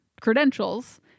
credentials